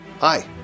Hi